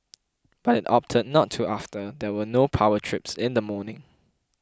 but it opted not to after there were no power trips in the morning